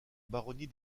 baronnie